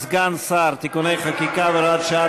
הודיע לי סגן היושב-ראש וקנין כי הוא